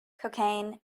cocaine